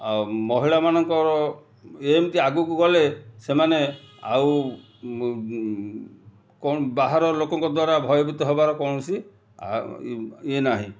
ଆଉ ମହିଳା ମାନଙ୍କର ଏମିତି ଆଗକୁ ଗଲେ ସେମାନେ ଆଉ କ'ଣ ବାହାର ଲୋକଙ୍କ ଦ୍ୱାରା ଭୟଭୀତ ହେବାର କୌଣସି ଇଏ ନାହିଁ